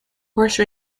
horse